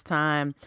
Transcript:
time